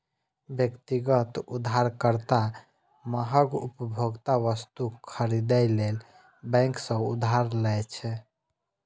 व्यक्तिगत उधारकर्ता महग उपभोक्ता वस्तु खरीदै लेल बैंक सं उधार लै छै